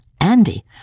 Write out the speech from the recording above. Andy